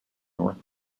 north